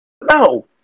no